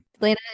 Lena